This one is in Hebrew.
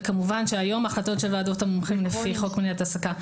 וכמובן שהיום ההחלטות של ועדות המומחים לפי חוק מניעת העסקה,